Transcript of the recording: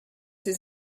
his